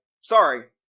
Sorry